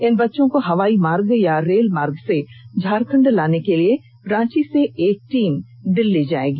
इन बच्चों को हवाई मार्ग या रेल से झारखंड लाने के लिए रांची से एक टीम दिल्ली जाएगी